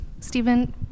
Stephen